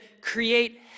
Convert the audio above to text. create